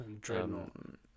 Dreadnought